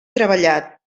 treballat